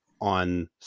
on